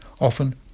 often